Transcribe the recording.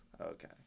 Okay